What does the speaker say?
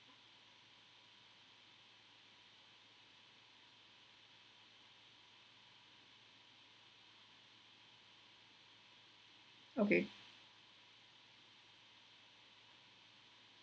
okay